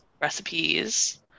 recipes